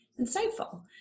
insightful